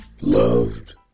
Loved